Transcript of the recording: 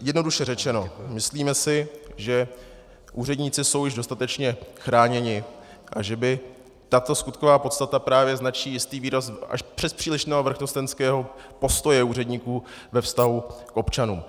Jednoduše řečeno, myslíme si, že úředníci jsou již dostatečně chráněni a že tato skutková podstata právě značí jistý výraz až přespřílišného vrchnostenského postoje úředníků ve vztahu k občanům.